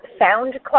SoundCloud